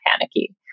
panicky